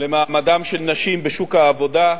למעמדן של נשים בשוק העבודה.